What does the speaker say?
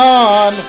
on